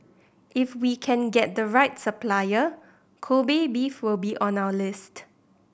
if we can get the right supplier Kobe beef will be on our list